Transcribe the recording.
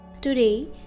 today